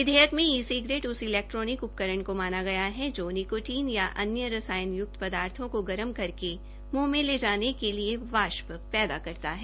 विधयेक में e cigarette उस electronic उपकरण को माना गया है जो निकोटीन या अन्य रसायन य्क्त पदार्थो को गर्म करके म्ंह में ले जाने के लिए वाष्प पैदा करता है